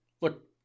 look